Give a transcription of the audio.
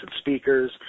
speakers